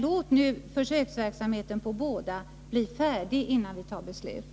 Låt nu försöksverksamheten med de båda bli färdig innan vi fattar beslut.